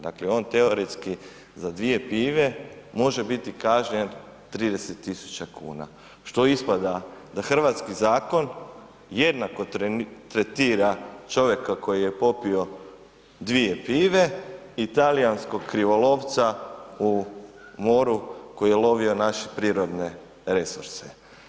Dakle on teoretski za dvije pive može biti kažnjen 30 tisuća kuna što ispada da hrvatski zakon jednako tretira čovjeka koji je popio dvije pive i talijanskog krivolovca u moru koji je lovio naše prirodne resurse.